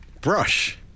Brush